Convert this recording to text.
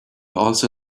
also